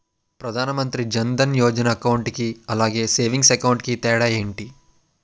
Pradhan Mantri Jan Dhan Yojana account కి అలాగే savings account కి తేడా ఏంటి?